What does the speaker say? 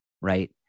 right